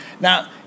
Now